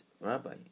Rabbi